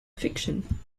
fiction